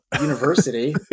university